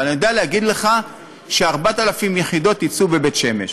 אבל אני יודע להגיד לך ש-4,000 יחידות יצאו בבית-שמש,